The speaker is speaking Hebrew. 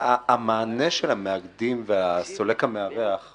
המענה של המאגדים והסולקים